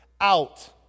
out